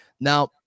Now